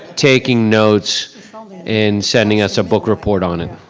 taking notes and sending us a book report on it.